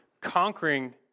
conquering